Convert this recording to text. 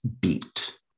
beat